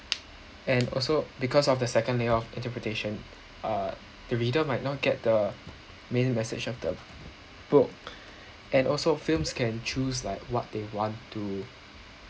and also because of the second layer of interpretation uh the reader might not get the main message of the book and also films can choose like what they want to